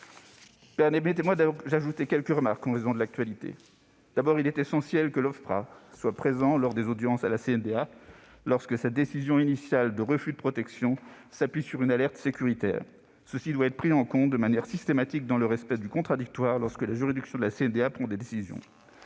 cette année. Je formulerai quelques remarques liées à l'actualité. Il est essentiel que l'Ofpra soit présent lors des audiences à la CNDA, lorsque sa décision initiale de refus de protection s'appuie sur une alerte sécuritaire. Cela doit être pris en compte de manière systématique, dans le respect du contradictoire, lorsque la juridiction de la CNDA prend ses décisions.